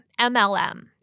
MLM